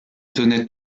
tenaient